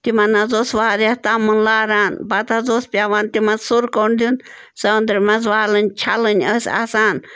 تِمَن حظ اوس واریاہ تَمُن لاران پَتہٕ حظ اوس پٮ۪وان تِمن سُرٕ کوٚنٛڈ دیُن سٲنٛدرِ منٛز والٕنۍ چھَلٕنۍ ٲسۍ آسان